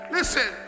Listen